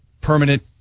permanent